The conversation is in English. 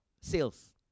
sales